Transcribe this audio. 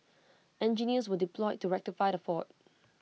engineers were deployed to rectify the fault